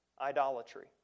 idolatry